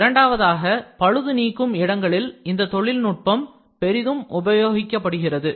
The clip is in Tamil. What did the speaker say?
இரண்டாவதாக பழுது நீக்கும் இடங்களில் இந்த தொழில்நுட்பம் உபயோகப்படுகிறது